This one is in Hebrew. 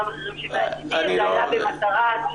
הגיע ממקום שאומר